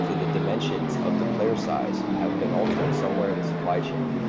so the dimensions of the player size have been altered somewhere in the supply chain,